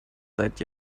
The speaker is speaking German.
seit